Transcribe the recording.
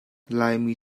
laimi